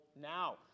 now